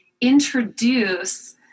introduce